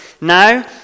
now